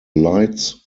lights